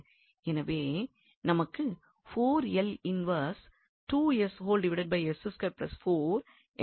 எனவே நமக்கு இன்வெர்ஸ் என்றாகிறது